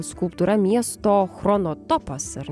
skulptūra miesto chronotopas ar